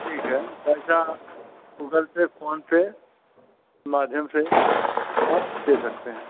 ठीक है पैसा गूगल पे फ़ोन पे माध्यम से आप दे सकते हैं